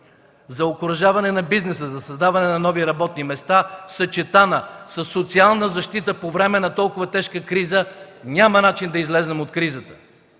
за окуражаване на бизнеса, за създаване на нови работни места, съчетана със социална защита по време на толкова тежка криза, няма начин да излезем от кризата